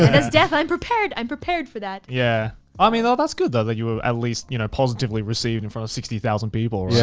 as death, i'm prepared i'm prepared for that. yeah um i mean though, that's good though, that you were at least you know positively received in front of sixty thousand people.